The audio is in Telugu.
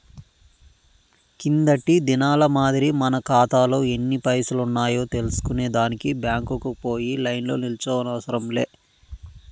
కిందటి దినాల మాదిరి మన కాతాలో ఎన్ని పైసలున్నాయో తెల్సుకునే దానికి బ్యాంకుకు పోయి లైన్లో నిల్సోనవసరం లే